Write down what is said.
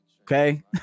okay